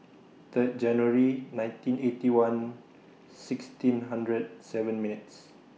Third January nineteen Eighty One sixteen hundred seven minutes